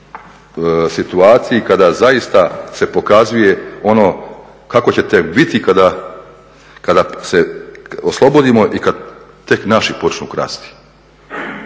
situaciji kada zaista se pokazuje ono kako ćete biti kada se oslobodimo i kad tek naši počnu krasti.